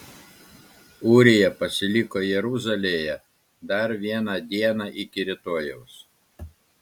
ūrija pasiliko jeruzalėje dar vieną dieną iki rytojaus